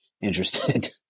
interested